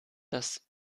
dass